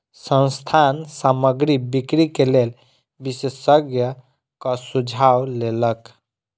संस्थान सामग्री बिक्री के लेल विशेषज्ञक सुझाव लेलक